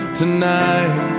tonight